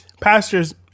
pastors